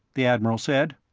the admiral said.